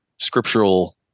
scriptural